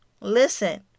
listen